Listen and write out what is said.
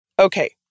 Okay